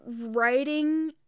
writing